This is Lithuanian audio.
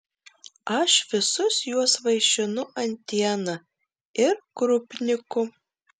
aš visus juos vaišinu antiena ir krupniku